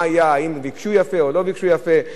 אם ביקשו יפה או לא ביקשו יפה,